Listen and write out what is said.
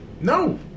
No